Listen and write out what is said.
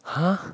!huh!